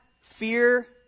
Fear